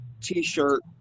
t-shirt